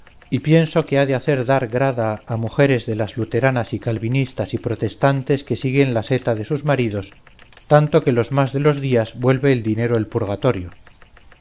y pienso que ha de hacer dar grada a mujeres de las luteranas y calvinistas y protestantes que siguen la seta de sus maridos tanto que los más de los días vuelve el dinero el purgatorio